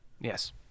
yes